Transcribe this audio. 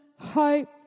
hope